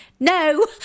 No